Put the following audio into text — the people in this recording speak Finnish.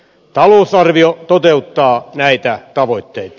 talousarvio toteuttaa näitä tavoitteita